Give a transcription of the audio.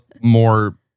more